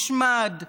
שמד,